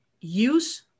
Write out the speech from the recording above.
Use